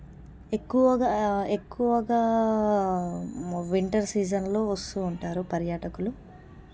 ఎక్కువగా ఎక్కువగా వింటర్ సీజన్లో వస్తూ ఉంటారు పర్యాటకులు